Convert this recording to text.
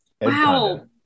Wow